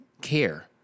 care